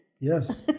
Yes